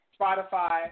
Spotify